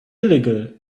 illegal